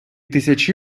тисячі